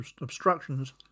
obstructions